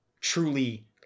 truly